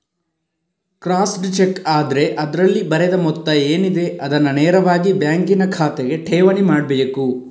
crossed cheque ಆದ್ರೆ ಅದ್ರಲ್ಲಿ ಬರೆದ ಮೊತ್ತ ಏನಿದೆ ಅದನ್ನ ನೇರವಾಗಿ ಬ್ಯಾಂಕಿನ ಖಾತೆಗೆ ಠೇವಣಿ ಮಾಡ್ಬೇಕು